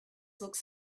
looks